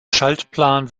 schaltplan